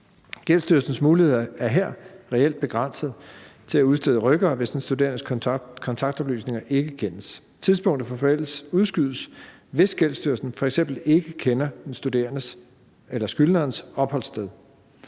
Gældsstyrelsens muligheder er her reelt begrænset til at udstede rykkere, hvis den studerendes kontaktoplysninger ikke kendes. Tidspunktet for forældelse udskydes, hvis Gældsstyrelsen f.eks. ikke kender den studerendes,